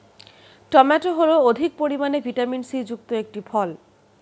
tomato হল অধিক পরিমাণে ভিটামিন সি যুক্ত একটি ফল